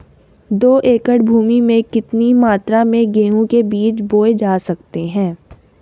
दो एकड़ भूमि में कितनी मात्रा में गेहूँ के बीज बोये जा सकते हैं?